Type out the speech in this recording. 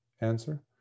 answer